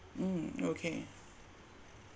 mm okay